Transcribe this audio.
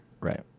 Right